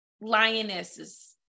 lionesses